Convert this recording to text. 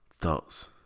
Thoughts